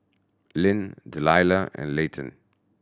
Lyn Delila and Layton